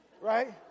right